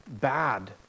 bad